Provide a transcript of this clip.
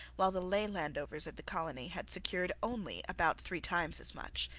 while the lay landowners of the colony had secured only about three times as much.